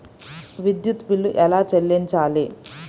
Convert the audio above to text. విద్యుత్ బిల్ ఎలా చెల్లించాలి?